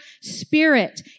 spirit